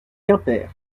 quimper